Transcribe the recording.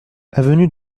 avenue